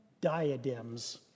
diadems